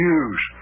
use